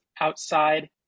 outside